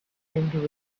into